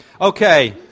Okay